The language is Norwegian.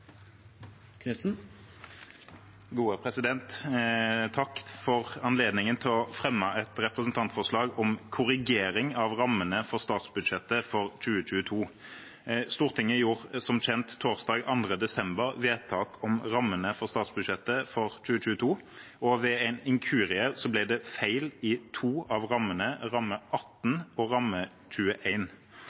anses vedtatt. Takk for anledningen til å fremme et representantforslag om korrigering av rammene for statsbudsjettet for 2022. Stortinget gjorde som kjent torsdag 2. desember vedtak om rammene for statsbudsjettet for 2022, og ved en inkurie ble det feil i to av rammene, ramme 18 og ramme